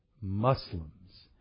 Muslims